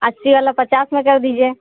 अस्सी वाला पचास में कर दीजिए